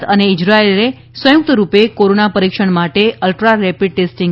ભારત અને ઈઝરાયેલ સંયુક્તરૂપે કોરોના પરીક્ષણ માટે અલ્ટ્રા રેપીડ ટેસ્ટીંગ